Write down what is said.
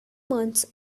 months